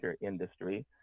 industry